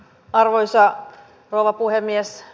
arvoisa rouva puhemies